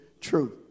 truth